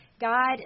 God